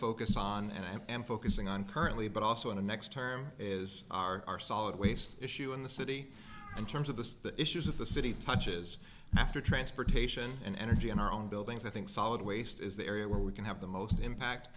focus on and i am focusing on currently but also in the next term is our solid waste issue in the city in terms of the issues of the city touches after transportation and energy in our own buildings i think solid waste is the area where we can have the most impact